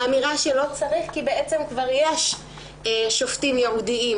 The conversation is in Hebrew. האמירה שלא צריך כי בעצם יש כבר שופטים ייעודיים,